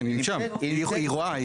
היא שם, היא רואה.